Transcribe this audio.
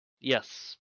yes